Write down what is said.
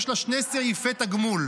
יש לה שני סעיפי תגמול,